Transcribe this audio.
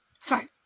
Sorry